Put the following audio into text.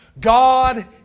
God